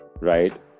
Right